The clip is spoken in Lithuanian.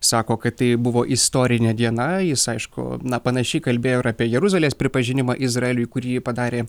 sako kad tai buvo istorinė diena jis aišku na panašiai kalbėjo ir apie jeruzalės pripažinimą izraeliui kurį jį padarė